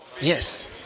Yes